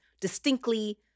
distinctly